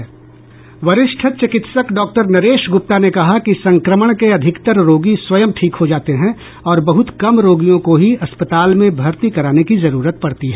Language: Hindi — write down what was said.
वरिष्ठ चिकित्सक डॉ नरेश गुप्ता ने कहा कि संक्रमण के अधिकतर रोगी स्वयं ठीक हो जाते हैं और बहुत कम रोगियों को ही अस्पताल में भर्ती कराने की जरूरत पडती है